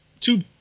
two